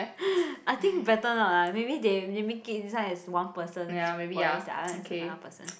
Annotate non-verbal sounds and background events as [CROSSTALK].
[BREATH] I think better not ah maybe they they make it this one is person's voice the other is another person